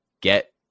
get